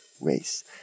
Race